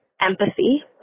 empathy